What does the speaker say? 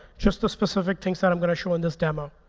just the specific things that i'm going to show in this demo.